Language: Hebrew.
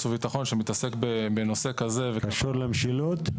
והביטחון שמתעסק בנושא כזה --- זה קשור למשילות?